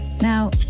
Now